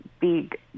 big